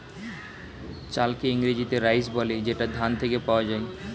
চালকে ইংরেজিতে রাইস বলে যেটা ধান থেকে পাওয়া যায়